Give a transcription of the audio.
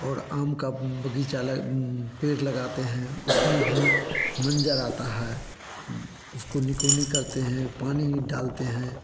और आम का बगीचा पेड़ लगाते हैं उसमें भी रहता है उसको निकोनी करते हैं पानी में डालते हैं